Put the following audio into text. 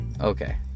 Okay